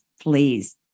please